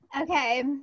Okay